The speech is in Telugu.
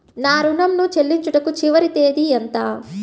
నా ఋణం ను చెల్లించుటకు చివరి తేదీ ఎంత?